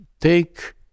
take